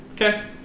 Okay